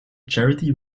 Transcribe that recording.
charity